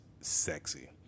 sexy